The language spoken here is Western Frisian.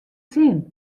sin